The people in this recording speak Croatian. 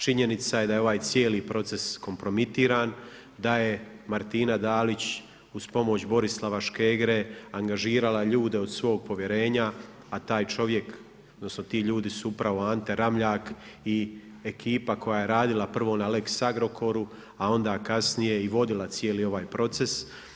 Činjenica je da je ovaj cijeli proces kompromitiran, da je Martina Dalić, uz pomoć Borislava Škegre, angažirala ljude od svog povjerenja, a ti ljudi su upravo Ante Ramljak i ekipa koja je radila prvo na lex Agrokoru, a onda kasnije i vodila cijeli ovaj proces.